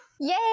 Yay